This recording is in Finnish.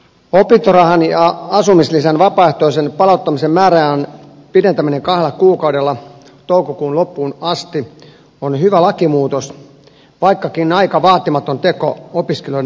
opintorahan ja asumislisän vapaaehtoisen palauttamisen määräajan pidentäminen kahdella kuukaudella toukokuun loppuun asti on hyvä lakimuutos vaikkakin aika vaatimaton teko opiskelijoiden hyväksi